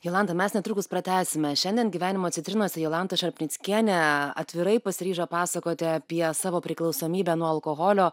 jolanta mes netrukus pratęsime šiandien gyvenimo citrinose jolanta šarpnickienė atvirai pasiryžo pasakoti apie savo priklausomybę nuo alkoholio